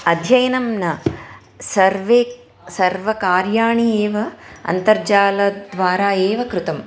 अध्ययनं न सर्वे सर्वकार्याणि एव अन्तर्जालद्वारा एव कृतम्